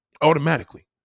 automatically